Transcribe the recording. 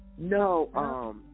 No